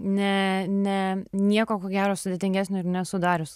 ne ne nieko ko gero sudėtingesnio ir nesu darius